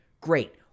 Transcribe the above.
Great